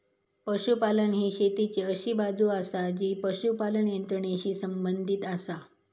पशुपालन ही शेतीची अशी बाजू आसा जी पशुपालन यंत्रणेशी संबंधित आसा